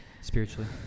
spiritually